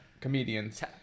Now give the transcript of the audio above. comedians